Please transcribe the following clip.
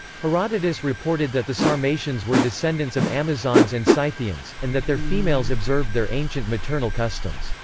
herodotus reported that the sarmatians were descendants of amazons and scythians, and that their females observed their ancient maternal customs,